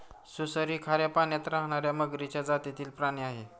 सुसर ही खाऱ्या पाण्यात राहणार्या मगरीच्या जातीतील प्राणी आहे